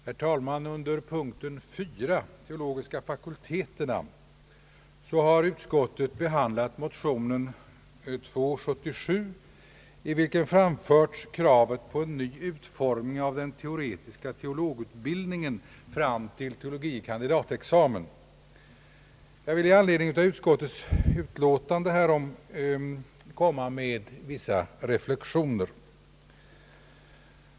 Herr talman! Under punkten 4, som gäller de teologiska fakulteterna, har utskottet behandlat motionen II:77, i vilken framförts krav på en ny utformning av den teoretiska teologutbildningen fram till teologie kandidatexamen. Jag vill med anledning av utskottets utlåtande i denna del komma med vissa reflexioner.